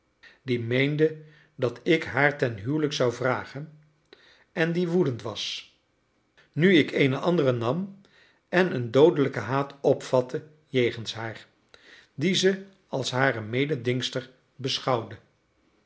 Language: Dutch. die meende dat ik haar ten huwelijk zou vragen en die woedend was nu ik eene andere nam en een doodelijken haat opvatte jegens haar die ze als hare mededingster beschouwde